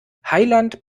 heiland